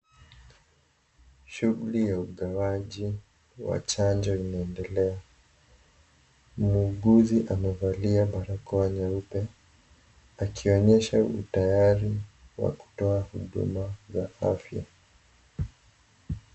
Shughuli ya utoaji wa chanjo inaendelea. Muuguzi amevalia barakoa nyeupa. Akionyesha utayari wa kutoa huduma za afya.